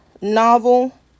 novel